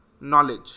knowledge